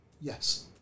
Yes